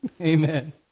Amen